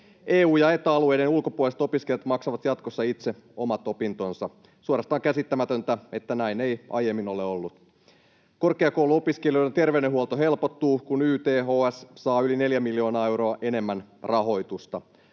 EU- ja Eta-alueiden ulkopuoliset opiskelijat maksavat jatkossa itse omat opintonsa — suorastaan käsittämätöntä, että näin ei aiemmin ole ollut. Korkeakouluopiskelijoiden terveydenhuolto helpottuu, kun YTHS saa yli 4 miljoonaa euroa enemmän rahoitusta.